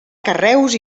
carreus